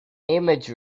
image